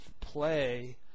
play